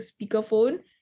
speakerphone